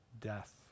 death